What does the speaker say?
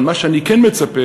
אבל מה שאני כן מצפה,